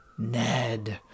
ned